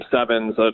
Sevens